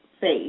faith